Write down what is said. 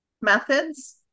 methods